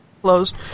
closed